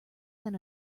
than